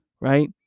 right